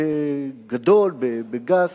בגדול, בגס: